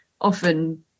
often